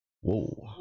whoa